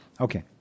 Okay